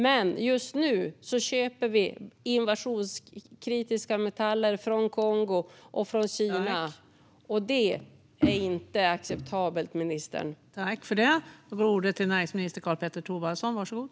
Men just nu köper vi innovationskritiska metaller från Kongo och Kina. Det är inte acceptabelt, ministern.